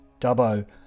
Dubbo